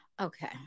okay